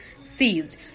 seized